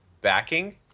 backing